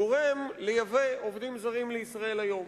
לייבא עובדים זרים לישראל היום.